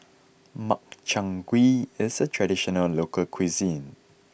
Makchang Gui is a traditional local cuisine